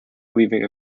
leaving